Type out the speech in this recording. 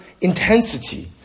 intensity